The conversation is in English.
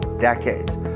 decades